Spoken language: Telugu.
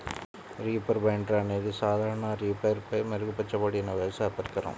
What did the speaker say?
రీపర్ బైండర్ అనేది సాధారణ రీపర్పై మెరుగుపరచబడిన వ్యవసాయ పరికరం